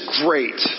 great